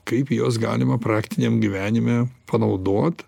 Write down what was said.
kaip juos galima praktiniam gyvenime panaudot